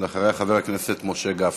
אחריה, חבר הכנסת משה גפני.